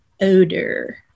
odor